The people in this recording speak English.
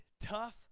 tough